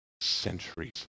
centuries